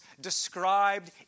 described